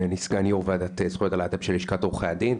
אני סגן יו"ר ועדת זכויות הלהט"ב של לשכת עורכי הדין.